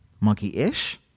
Monkey-ish